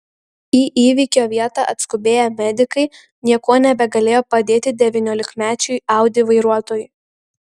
į įvykio vietą atskubėję medikai niekuo nebegalėjo padėti devyniolikmečiui audi vairuotojui